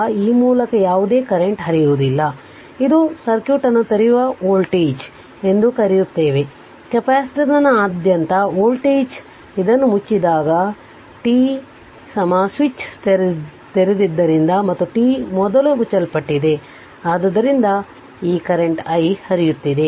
ಆದ್ದರಿಂದ ಈ ಮೂಲಕ ಯಾವುದೇ ಕರೆಂಟ್ ಹರಿಯುವುದಿಲ್ಲ ಆದ್ದರಿಂದ ಇದು ಸರ್ಕ್ಯೂಟ್ ಅನ್ನು ತೆರೆಯುವ ವೋಲ್ಟೇಜ್ ಎಂದು ಕರೆಯುತ್ತದೆ ಕೆಪಾಸಿಟರ್ನಾದ್ಯಂತ ವೋಲ್ಟೇಜ್ ಇದನ್ನು ಮುಚ್ಚಿದಾಗ ಇದು t ಸ್ವಿಚ್ ತೆರೆದಿದ್ದರಿಂದ ಮತ್ತು t ಮೊದಲು ಮುಚ್ಚಲ್ಪಟ್ಟಿದೆ ಆದ್ದರಿಂದ ಈ ಕರೆಂಟ್ i ಹರಿಯುತ್ತಿದೆ